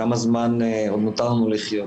כמה זמן עוד נותר לנו לחיות.